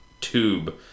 tube